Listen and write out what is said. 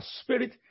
spirit